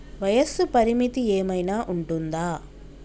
వయస్సు పరిమితి ఏమైనా ఉంటుందా?